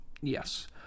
Yes